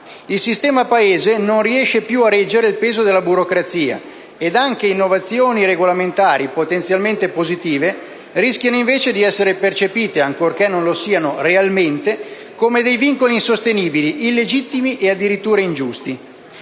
Il sistema Paese non riesce più a reggere il peso della burocrazia ed anche innovazioni regolamentari, potenzialmente positive, rischiano invece di essere percepite, ancorché non lo siano realmente, come dei vincoli insostenibili, illegittimi e addirittura ingiusti.